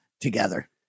together